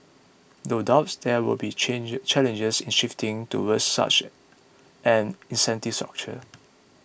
no doubt there will be changes challenges in shifting towards such an incentive structure